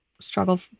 struggle